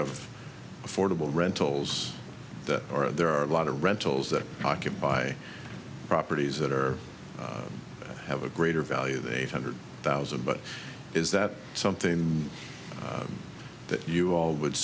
of affordable rentals that are there are a lot of rentals that occupy properties that are have a greater value than eight hundred thousand but is that something that you all would